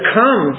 come